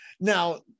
Now